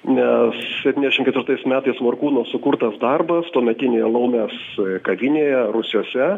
nes septyniasdešim ketvirtais metais morkūno sukurtas darbas tuometinėje laumės kavinėje rūsiuose